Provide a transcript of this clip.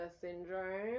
syndrome